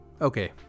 okay